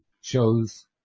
shows